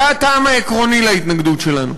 זה הטעם העקרוני להתנגדות שלנו.